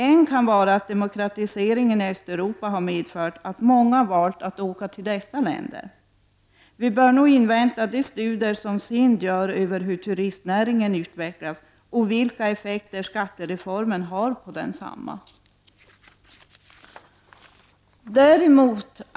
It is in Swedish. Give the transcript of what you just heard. En kan vara att demokratiseringen i Östeuropa har medfört att många valt att åka till dessa länder. Vi bör nog invänta de studier som SIND gör av hur turistnäringen utvecklas och vilka effekter skattereformen har på densamma.